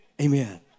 Amen